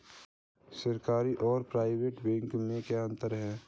सरकारी और private bank में क्या अंतर है?